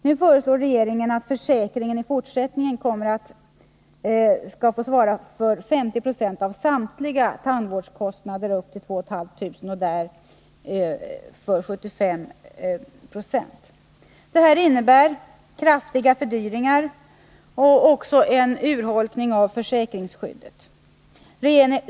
Nu föreslår regeringen att försäkringen i fortsättningen skall svara för 50 26 av samtliga Det innebär kraftiga fördyringar och också en urholkning av försäkrings Nr 47 skyddet.